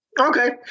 Okay